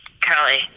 Kelly